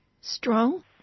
strong